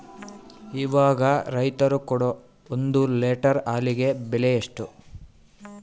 ಇವಾಗ ರೈತರು ಕೊಡೊ ಒಂದು ಲೇಟರ್ ಹಾಲಿಗೆ ಬೆಲೆ ಎಷ್ಟು?